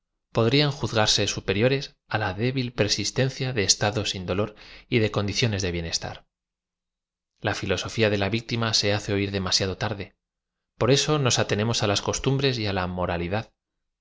podrían juzgarse superiores á la dé b il persistencia de estados sin dolor y de condiciones de bienestar l a ñ loso ña de la víctim a se hace oir de masiado tarde por eso nos atenemos á las costumbres y ia m oralidad no siendo la moralidad